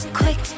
quick